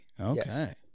Okay